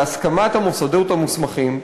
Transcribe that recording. בהסכמת המוסדות המוסמכים,